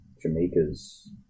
Jamaica's